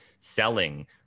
selling